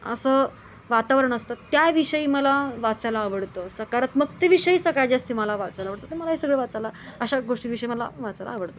असं वातावरण असतं त्याविषयी मला वाचायला आवडतं सकारात्मकते विषयी सगळ्यात जास्ती मला वाचायला आवडतं तर मला हे सगळे वाचायला अशा गोष्टी विषय मला वाचायला आवडतं